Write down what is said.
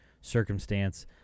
circumstance